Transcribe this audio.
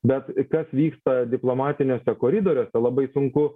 bet kas vyksta diplomatiniuose koridoriuose labai sunku